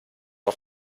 auf